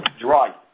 dry